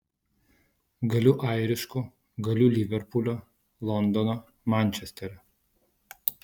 galiu airišku galiu liverpulio londono mančesterio